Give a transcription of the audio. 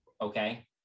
Okay